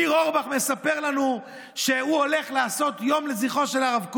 ניר אורבך מספר לנו שהוא הולך לעשות יום לזכרו של הרב קוק.